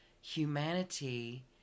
humanity